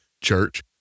church